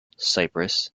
cyprus